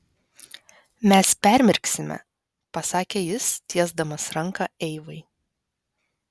mes permirksime pasakė jis tiesdamas ranką eivai